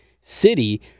city